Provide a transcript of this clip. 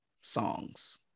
songs